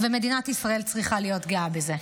מדינת ישראל צריכה להיות גאה בזה.